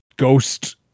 Ghost